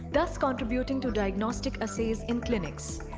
thus contributing to diagnostic assays in clinics.